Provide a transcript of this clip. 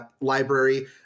library